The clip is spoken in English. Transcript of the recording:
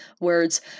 Words